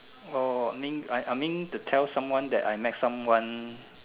oh mean I I mean to tell someone that I met someone